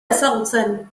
ezagutzen